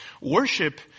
Worship